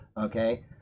okay